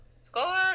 Score